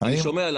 אני שומע.